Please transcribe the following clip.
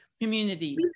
community